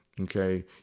Okay